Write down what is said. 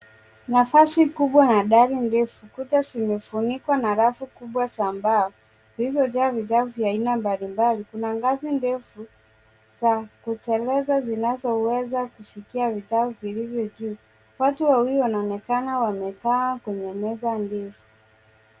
Nafasi kubwa na dari ndefu. Kuta zimefunikwa na rafu kubwa za mbao zilizojaa vitabu vya aina mbalimbali. Kuna ngazi ndefu za kuteleza zinazoweza kufikia vitabu vilivyo juu. Watu wawili wanaonekana wamekaa kwenye meza hizi.